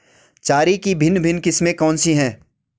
चारे की भिन्न भिन्न किस्में कौन सी हैं?